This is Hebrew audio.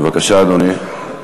בבקשה, אדוני.